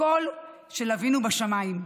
הכול של אבינו בשמיים,